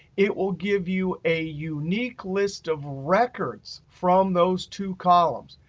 it will give you a unique list of records from those two columns.